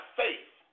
faith